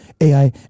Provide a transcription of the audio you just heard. AI